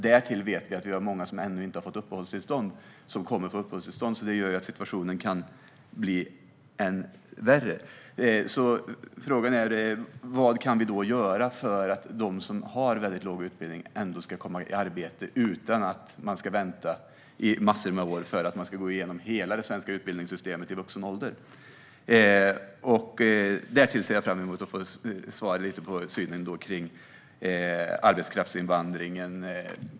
Därtill vet vi att många som ännu inte har fått uppehållstillstånd kommer att få det. Situationen kan alltså bli än värre. Vad kan vi då göra för att de som har väldigt låg utbildning ändå ska komma i arbete utan att behöva vänta i massor av år och gå igenom hela det svenska utbildningssystemet i vuxen ålder? Jag ser även fram emot att få svar på hur Maria Ferm ser på arbetskraftsinvandring.